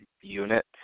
unit